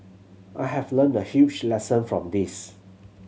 I have learnt a huge lesson from this